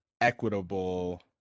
equitable